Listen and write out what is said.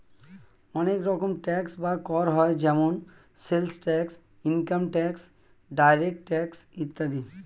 অনেক রকম ট্যাক্স বা কর হয় যেমন sales tax, income tax, direct tax ইত্যাদি